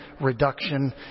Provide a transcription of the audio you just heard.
reduction